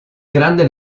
grande